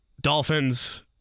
Dolphins